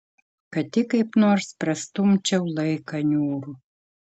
kad tik kaip nors prastumčiau laiką niūrų